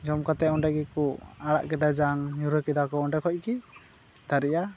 ᱡᱚᱢ ᱠᱟᱛᱮ ᱚᱸᱰᱮ ᱜᱮᱠᱚ ᱟᱲᱟᱜ ᱠᱮᱫᱟ ᱡᱟᱝ ᱧᱩᱨᱟᱹ ᱠᱮᱫᱟ ᱠᱚ ᱚᱸᱰᱮ ᱠᱷᱚᱡ ᱜᱮ ᱫᱟᱲᱮᱭᱟᱜᱼᱟ